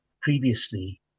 Previously